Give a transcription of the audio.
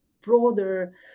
broader